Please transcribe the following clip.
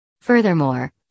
Furthermore